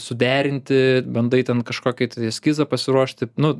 suderinti bandai ten kažkokį tai eskizą pasiruošti nu